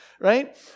right